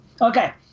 okay